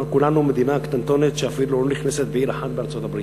אנחנו כולנו מדינה קטנטונת שאפילו לא נכנסת בעיר אחת בארצות-הברית.